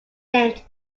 named